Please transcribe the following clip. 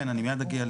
כן, אני מיד אגיע לזה.